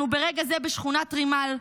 אנחנו ברגע עזה בשכונת רימל,